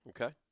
Okay